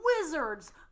wizards